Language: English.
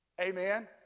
Amen